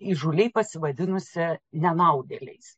įžūliai pasivadinusi nenaudėliais